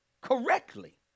correctly